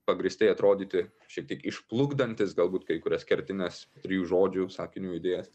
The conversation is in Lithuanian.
pagrįstai atrodyti šiek tiek išplukdantis galbūt kai kurias kertines trijų žodžių sakinių idėjas